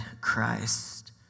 Christ